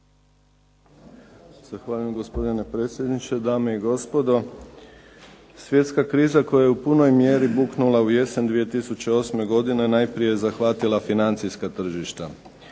Zahvaljujem. Gospodine predsjedniče, dame i gospodo. Svjetska kriza koja je u punoj mjeri buknula u jesen 2008. godine najprije je zahvatila financijska tržišta.